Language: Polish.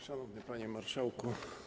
Szanowny Panie Marszałku!